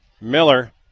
Miller